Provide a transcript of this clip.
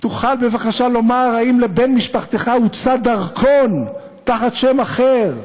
תוכל בבקשה לומר "האם לבן-משפחתך הוצא דרכון תחת שם אחר?